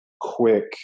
quick